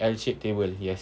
L shaped table yes